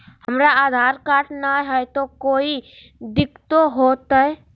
हमरा आधार कार्ड न हय, तो कोइ दिकतो हो तय?